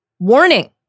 Warning